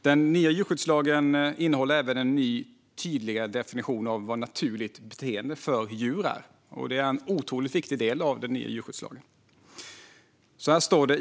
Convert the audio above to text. Den nya djurskyddslagen innehåller även en ny, tydligare definition av vad naturligt beteende för djur är. Det är en otroligt viktig del av den nya djurskyddslagen.